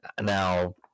Now